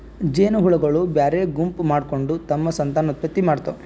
ಜೇನಹುಳಗೊಳ್ ಬ್ಯಾರೆ ಗುಂಪ್ ಮಾಡ್ಕೊಂಡ್ ತಮ್ಮ್ ಸಂತಾನೋತ್ಪತ್ತಿ ಮಾಡ್ತಾವ್